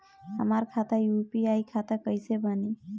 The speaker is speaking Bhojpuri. हमार खाता यू.पी.आई खाता कइसे बनी?